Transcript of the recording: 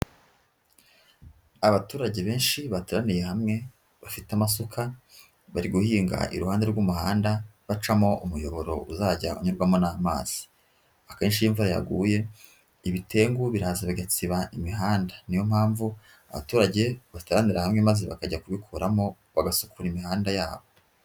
Abaturage benshi, bateraniye hamwe bafite amasuka, bari guhinga iruhande rw'umuhanda, bacamo umuyoboro uzajya unyurwamo n'amazi. Akenshi iyo imvura yaguye, ibitengu biraza bigasiba imihanda. Niyo mpamvu abaturage bataranira hamwe maze bakajya kubikuramo, bagasukura imihanda yabo.